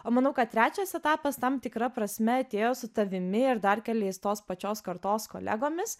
o manau kad trečias etapas tam tikra prasme atėjo su tavimi ir dar keliais tos pačios kartos kolegomis